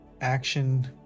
Action